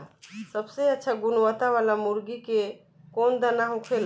सबसे अच्छा गुणवत्ता वाला मुर्गी के कौन दाना होखेला?